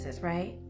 right